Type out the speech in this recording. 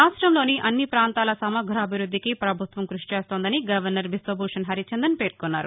రాష్ట్రంలోని అన్ని ప్రాంతాల సమగ్రాభివృద్ధికి ప్రభుత్వం కృషిచేస్తోందని గవర్నర్ బిష్వభూషణ్ హరిచందన్ పేర్కొన్నారు